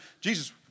Jesus